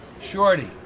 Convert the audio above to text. Shorty